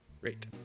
great